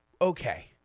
okay